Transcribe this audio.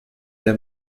den